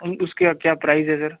उन उसका क्या प्राइस है सर